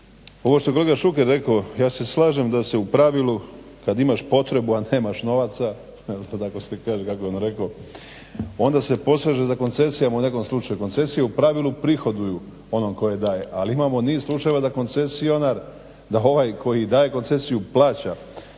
ono što je kolega Šuker rekao, ja se slažem da se u pravilu, kad imaš potrebu a nemaš novaca, kako je ono rekao onda se poseže za koncesijama u nekom slučaju, koncesije u pravilu prihoduju onom tko je daje, ali imamo niz slučaja da koncesionar, da ovaj koji daje koncesiju plaća